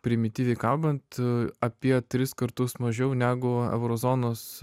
primityviai kalbant apie tris kartus mažiau negu euro zonos